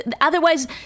Otherwise